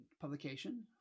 publication